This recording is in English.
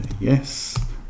yes